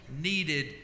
needed